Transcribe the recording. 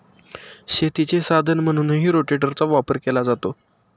शेतीचे साधन म्हणूनही रोटेटरचा वापर केला जातो